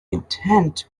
intent